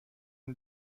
این